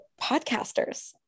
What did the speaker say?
podcasters